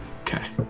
Okay